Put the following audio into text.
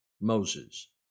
Moses